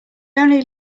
only